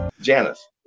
janice